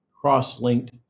cross-linked